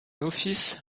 office